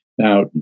Now